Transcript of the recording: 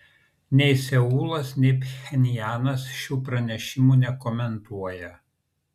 nei seulas nei pchenjanas šių pranešimų nekomentuoja